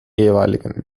jeweiligen